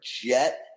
Jet